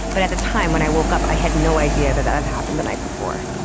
but at the time when i woke up i had no idea that that had happened the night before.